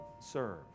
serve